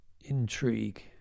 Intrigue